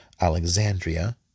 Alexandria